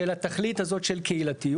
של התכלית הזאת של קהילתיות.